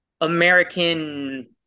American